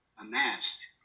amassed